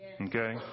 Okay